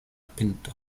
pinto